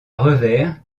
revers